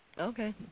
Okay